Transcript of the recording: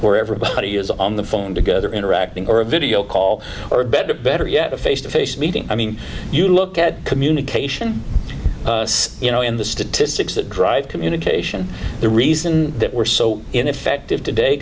where everybody is on the phone together interacting or a video call or better better yet a face to face meeting i mean you look at communication you know in the statistics that drive communication the reason that we're so ineffective today